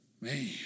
Man